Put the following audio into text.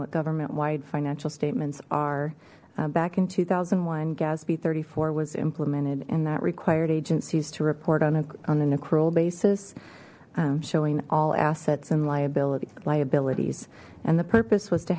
what government wide financial statements are back in two thousand and one gatsby thirty four was implemented and that required agencies to report on an accrual basis showing all assets and liability liabilities and the purpose was to